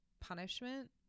punishment